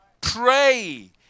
pray